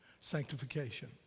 Sanctification